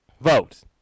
vote